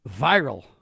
viral